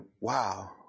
wow